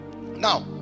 Now